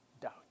Doubt